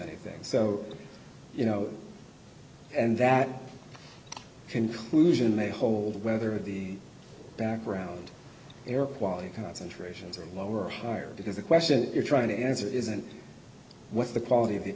anything so you know and that conclusion may hold whether the background air quality concentrations are lower or higher because the question you're trying to answer isn't what the quality of the